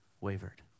wavered